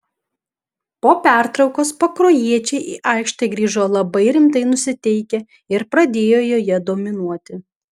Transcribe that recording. po pertraukos pakruojiečiai į aikštę grįžo labai rimtai nusiteikę ir pradėjo joje dominuoti